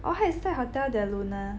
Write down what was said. oh 他也是在 Hotel Del Luna